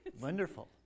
Wonderful